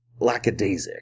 lackadaisic